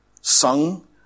sung